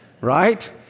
Right